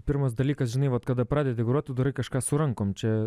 pirmas dalykas žinai vat kada pradedi grot tu darai kažką su rankom čia